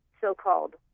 so-called